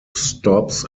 stops